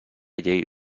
llei